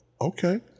okay